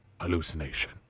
hallucination